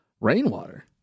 rainwater